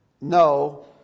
No